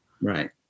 right